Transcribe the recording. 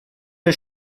der